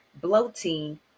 bloating